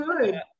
good